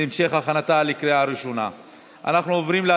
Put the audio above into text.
אז אני מוסיף אותך,